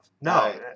No